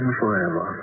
forever